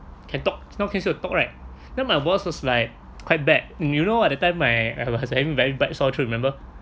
can talk now can still need to talk right then my boss was like quite bad you know at the time I was having very bad sore throat remember